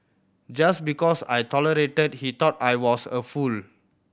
just because I tolerated he thought I was a fool